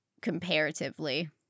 comparatively